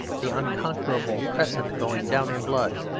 the unconquerable crescent going down in blood.